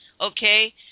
okay